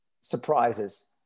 surprises